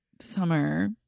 Summer